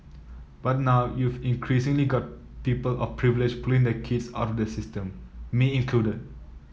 but now you've increasingly got people of privilege pulling their kids out of that system me included